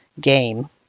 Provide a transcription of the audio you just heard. game